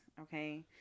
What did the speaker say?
okay